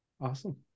Awesome